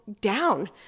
down